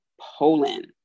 Poland